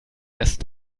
erst